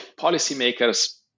policymakers